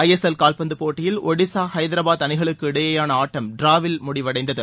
ஐ S L கால்பந்து போட்டியில் ஒடிசா ஹைதரபாத் அணிகளுக்கு இடையேயான ஆட்டம் டிராவில் முடிவடைந்தது